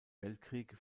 weltkrieg